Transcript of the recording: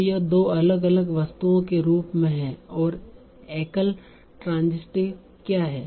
तो यह दो अलग अलग वस्तुओं के रूप में है और एकल ट्रांसीटीव क्या है